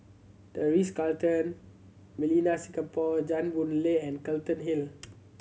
The Ritz Carlton Millenia Singapore Jane Boon Lay and Hill